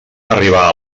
arribar